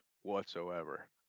whatsoever